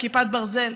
על כיפת ברזל,